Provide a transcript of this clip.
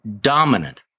dominant